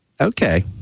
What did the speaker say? okay